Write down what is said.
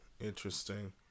interesting